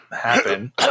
happen